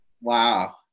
wow